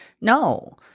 No